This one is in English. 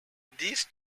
these